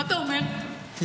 מה אתה אומר, עדיף?